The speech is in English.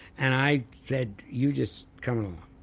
and i said, you just come along.